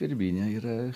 birbynė yra